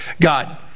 God